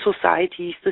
societies